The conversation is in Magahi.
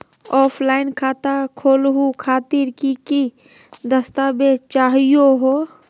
ऑफलाइन खाता खोलहु खातिर की की दस्तावेज चाहीयो हो?